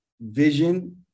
vision